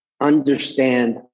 understand